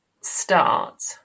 start